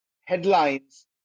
headlines